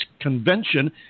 Convention